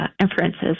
inferences